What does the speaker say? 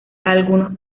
algunos